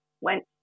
went